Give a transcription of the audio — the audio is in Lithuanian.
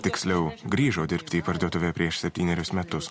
tiksliau grįžo dirbti į parduotuvę prieš septynerius metus